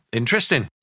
interesting